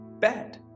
bad